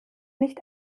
nicht